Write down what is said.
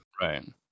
right